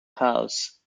house